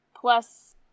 Plus